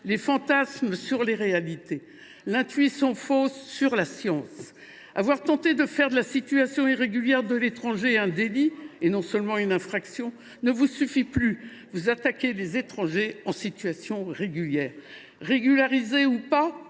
les fantasmes sur les réalités, l’intuition fausse sur la science. Avoir tenté de faire de la situation irrégulière de l’étranger un délit, et non une seule infraction, ne vous suffit plus : vous attaquez les étrangers en situation régulière. Régularisé ou pas,